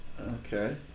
Okay